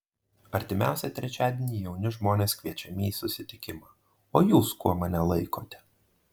artimiausią trečiadienį jauni žmonės kviečiami į susitikimą o jūs kuo mane laikote